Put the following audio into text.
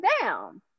down